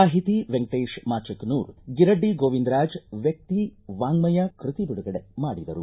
ಸಾಹಿತಿ ವೆಂಕಟೇಶ ಮಾಚಕನೂರ ಗಿರಡ್ಡಿ ಗೋವಿಂದರಾಜ ವ್ಯಕ್ತಿ ವಾಜ್ಮಯ ಕೃತಿ ಬಿಡುಗಡೆ ಮಾಡಿದರು